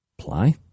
Apply